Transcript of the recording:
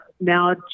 now